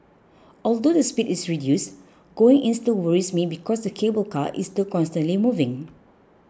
although the speed is reduced going in still worries me because the cable car is still constantly moving